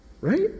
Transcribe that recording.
Right